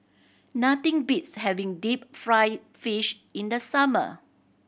nothing beats having deep fried fish in the summer